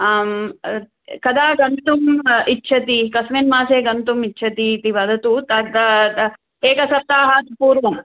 आम् कदा गन्तुम् इच्छति कस्मिन् मासे गन्तुम् इच्छति इति वदतु तदा द एकसप्ताहात् पूर्वं